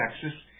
Texas